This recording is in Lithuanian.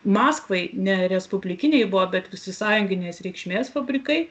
maskvai ne respublikiniai buvo bet visasąjunginės reikšmės fabrikai